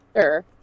Sure